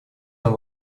нам